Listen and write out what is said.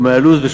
ומהלו"ז,